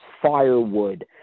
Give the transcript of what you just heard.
firewood